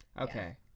Okay